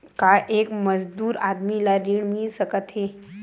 का एक मजदूर आदमी ल ऋण मिल सकथे?